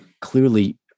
clearly